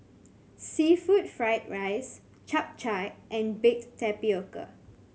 seafood fried rice Chap Chai and baked tapioca